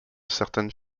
certaines